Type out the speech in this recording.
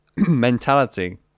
mentality